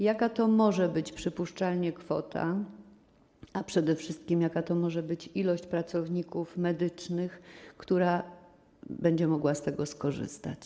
Jaka to może być przypuszczalnie kwota, a przede wszystkim jaka może być liczba pracowników medycznych, którzy będą mogli z tego skorzystać?